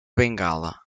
bengala